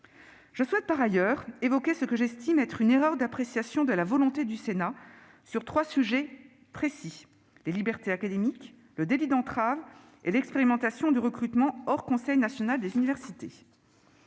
Je souhaite, par ailleurs, évoquer ce que j'estime être une erreur d'appréciation de la volonté du Sénat, sur trois sujets précis : les libertés académiques, le délit d'entrave et l'expérimentation du recrutement hors Conseil national des universités